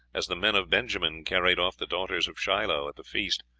as the men of benjamin carried off the daughters of shiloh at the feast,